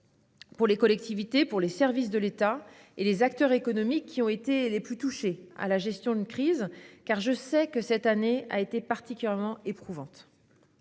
pour les collectivités, pour les services de l'État et pour les acteurs économiques qui ont été les plus confrontés à la gestion de crise, car je sais que cette année a été particulièrement éprouvante.